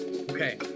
Okay